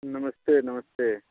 नमस्ते नमस्ते